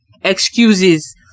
excuses